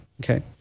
Okay